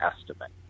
estimate